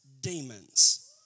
demons